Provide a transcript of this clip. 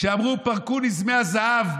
כשאמרו "פרקו נזמי הזהב",